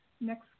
next